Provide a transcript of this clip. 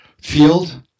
field